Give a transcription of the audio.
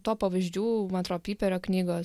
to pavyzdžių man atrodo piperio knygos